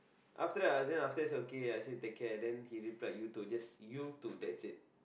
after that I was then after that say okay I said take care then he replied you too just you too that's it